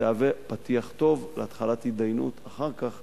תהווה פתיח טוב להתחלת התדיינות אחר כך